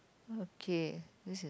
okay this is